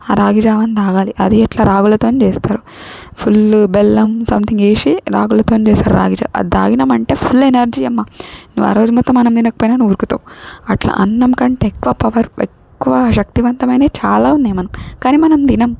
ఆ రాగి జావను తాగాలి అది ఎట్లా రాగులతోని చేస్తారు ఫుల్లు బెల్లం సంథింగ్ వేసి రాగులతోని చేస్తారు రాగి జావ అది తాగినాం అంటే ఫుల్ ఎనర్జీ అమ్మా నువ్వారోజు మొత్తం అన్నం తినకపోయినా నువ్వు ఉరుకుతావు అట్లా అన్నం కంటే ఎక్కువ పవర్ ఎక్కువ శక్తివంతమైనవి చాలా ఉన్నాయి మనం కానీ మనం దినం